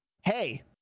Hey